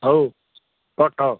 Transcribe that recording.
ହଉ ପଠାଅ